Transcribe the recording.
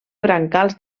brancals